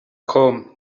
com